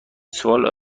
سوال